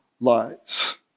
lives